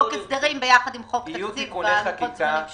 להביא חוק הסדרים יחד עם חוק תקציב בלוחות הזמנים שיש.